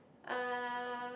uh